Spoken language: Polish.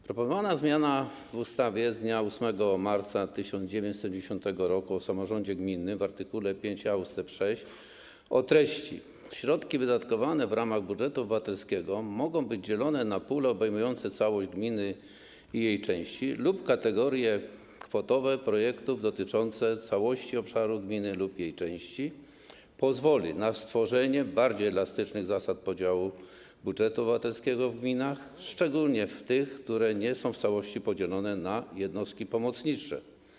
Proponowana zmiana w ustawie z dnia 8 marca 1990 r. o samorządzie gminnym w art. 5a ust. 6 o treści: ˝Środki wydatkowane w ramach budżetu obywatelskiego mogą być dzielone na pule obejmujące całość gminy i jej części lub kategorie kwotowe projektów dotyczące całości obszaru gminy lub jej części˝ pozwoli na stworzenie bardziej elastycznych zasad podziału budżetu obywatelskiego w gminach, szczególnie w tych, które nie są w całości podzielone na jednostki pomocnicze.